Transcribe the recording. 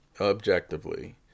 objectively